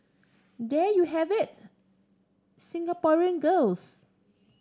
there you have it Singaporean girls